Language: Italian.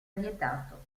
vietato